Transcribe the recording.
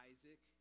Isaac